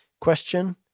question